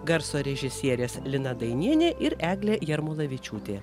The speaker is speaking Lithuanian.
garso režisierės lina dainienė ir eglė jarmolavičiūtė